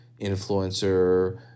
influencer